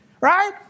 Right